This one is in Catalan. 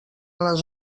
les